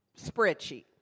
spreadsheet